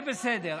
למדת, זה בסדר.